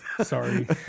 sorry